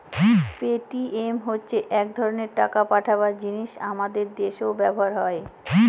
Paytm হচ্ছে এক ধরনের টাকা পাঠাবার জিনিস আমাদের দেশেও ব্যবহার হয়